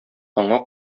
аңа